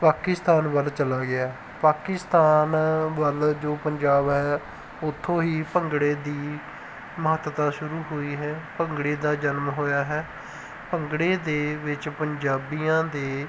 ਪਾਕਿਸਤਾਨ ਵੱਲ ਚਲਾ ਗਿਆ ਪਾਕਿਸਤਾਨ ਵੱਲ ਜੋ ਪੰਜਾਬ ਹੈ ਉੱਥੋਂ ਹੀ ਭੰਗੜੇ ਦੀ ਮਹੱਤਤਾ ਸ਼ੁਰੂ ਹੋਈ ਹੈ ਭੰਗੜੇ ਦਾ ਜਨਮ ਹੋਇਆ ਹੈ ਭੰਗੜੇ ਦੇ ਵਿੱਚ ਪੰਜਾਬੀਆਂ ਦੇ